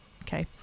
Okay